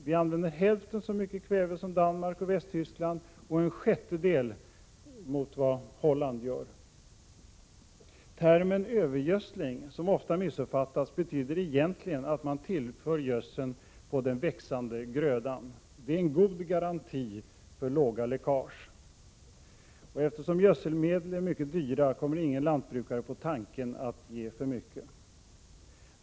Vi använder hälften så mycket kväve som Danmark och Västtyskland och en sjättedel av vad Holland gör. Termen övergödsling som ofta missuppfattas betyder egentligen att man tillför gödseln på den växande grödan. Det är en god garanti för låga läckage. Eftersom gödselmedlen är mycket dyra, kommer ingen lantbrukare på tanken att ge för mycket.